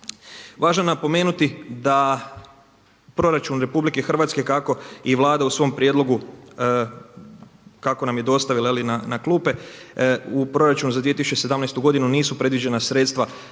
Važno je napomenuti da proračun Republike Hrvatske kako nam je Vlada u svom prijedlogu dostavila na klupe, u proračunu za 2017. godinu nisu predviđena sredstva,